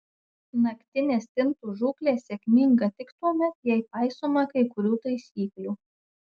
naktinė stintų žūklė sėkminga tik tuomet jei paisoma kai kurių taisyklių